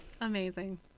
Amazing